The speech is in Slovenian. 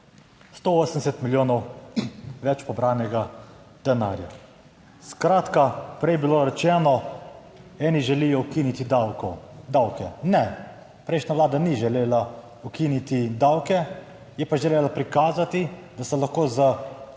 180 milijonov več pobranega denarja. Skratka, prej je bilo rečeno, eni želijo ukiniti davke. Ne. Prejšnja Vlada ni želela ukiniti davke, je pa želela prikazati, da se lahko z